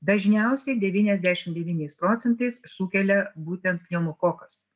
dažniausiai devyniasdešimt devyniais procentais sukelia būtent pneumokokas